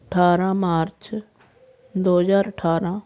ਅਠਾਰਾਂ ਮਾਰਚ ਦੋ ਹਜ਼ਾਰ ਅਠਾਰਾਂ